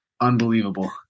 Unbelievable